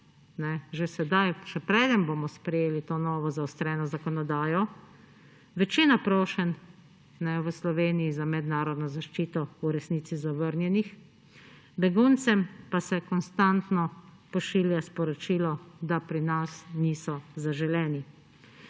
že sedaj, še preden bomo sprejeli to novo zaostreno zakonodajo, večina prošenj v Sloveniji za mednarodno zaščito v resnici zavrnjenih, beguncem pa se konstantno pošilja sporočilo, da pri nas niso zaželeni.